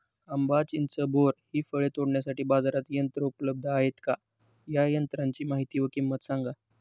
आंबा, चिंच, बोर हि फळे तोडण्यासाठी बाजारात यंत्र उपलब्ध आहेत का? या यंत्रांची माहिती व किंमत सांगा?